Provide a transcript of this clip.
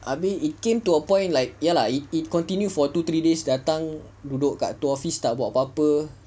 abeh it came to a point like ya lah it it continued for two three days datang duduk kat tu office tak buat apa-apa